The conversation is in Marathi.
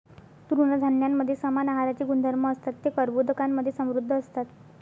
तृणधान्यांमध्ये समान आहाराचे गुणधर्म असतात, ते कर्बोदकांमधे समृद्ध असतात